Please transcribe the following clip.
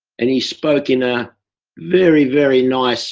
and he spoke in a very, very nice